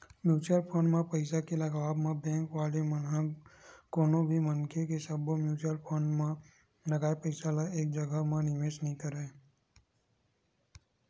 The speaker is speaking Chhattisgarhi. म्युचुअल फंड म पइसा के लगावब म बेंक वाले मन ह कोनो भी मनखे के सब्बो म्युचुअल फंड म लगाए पइसा ल एक जघा म निवेस नइ करय